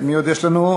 מי עוד יש לנו?